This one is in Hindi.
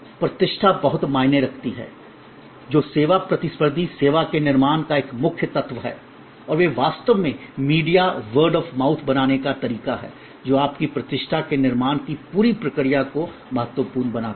प्रतिष्ठा बहुत मायने रखती है जो सेवा प्रतिस्पर्धी सेवा के निर्माण का एक मुख्य तत्व है और वे वास्तव में मीडिया वर्ड ऑफ़ माउथ बनाने का तरीका है जो आपकी प्रतिष्ठा के निर्माण की पूरी प्रक्रिया को महत्वपूर्ण बनाता है